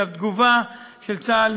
כי התגובה של צה"ל,